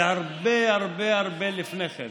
זה הרבה הרבה הרבה לפני כן.